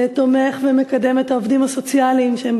שתומך בעובדים הסוציאליים ומקדם אותם,